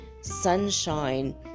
sunshine